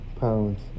pounds